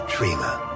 Dreamer